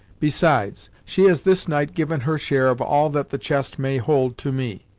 besides she has this night given her share of all that the chest may hold to me,